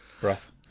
breath